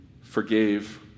forgave